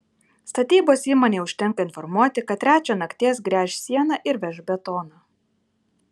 statybos įmonei užtenka informuoti kad trečią nakties gręš sieną ir veš betoną